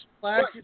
Black